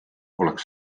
oleks